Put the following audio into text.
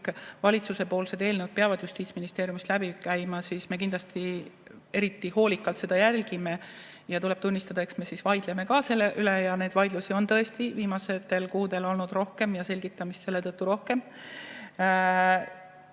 valitsuse eelnõud peavad Justiitsministeeriumist läbi käima, siis me kindlasti eriti hoolikalt seda jälgime. Tuleb tunnistada, et eks me siis ka vaidleme selle üle. Neid vaidlusi on tõesti viimastel kuudel olnud rohkem ja selgitamist selle tõttu rohkem.